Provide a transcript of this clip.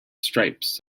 stripes